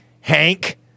Hank